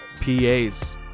PAs